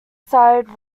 side